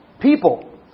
people